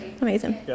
amazing